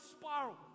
spiral